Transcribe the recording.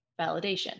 validation